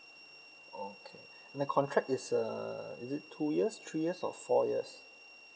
okay and the contract is err is it two years three years or four years